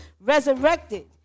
resurrected